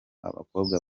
abakobwa